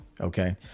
Okay